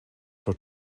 for